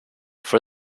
for